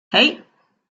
hey